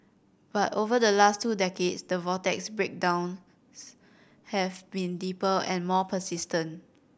but over the last two decades the vortex's breakdowns have been deeper and more persistent